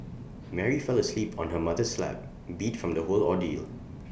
Mary fell asleep on her mother's lap beat from the whole ordeal